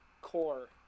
core